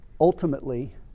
Ultimately